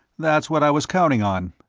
that's what i was counting on.